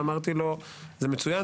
ואמרתי לו: זה מצוין,